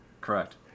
Correct